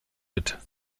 mit